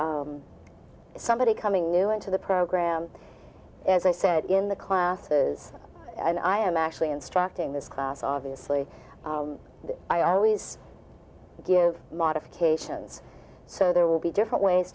somebody coming new into the program as i said in the classes and i am actually instructing this class obviously i always give modifications so there will be different ways